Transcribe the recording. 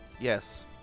Yes